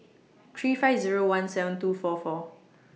three five Zero one seven two four four